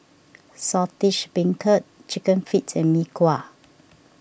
Saltish Beancurd Chicken Feet and Mee Kuah